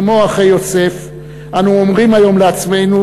כמו אחי יוסף אנו אומרים היום לעצמנו,